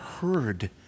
heard